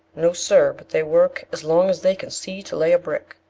no, sir, but they work as long as they can see to lay a brick,